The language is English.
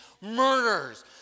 murders